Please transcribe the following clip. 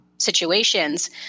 situations